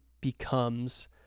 becomes